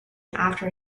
after